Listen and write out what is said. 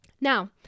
Now